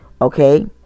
okay